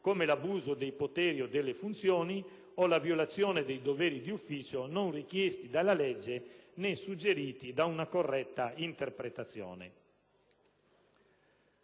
come l'abuso dei poteri o delle funzioni o la violazione dei doveri di ufficio non richiesti dalla legge, né suggeriti da una corretta interpretazione.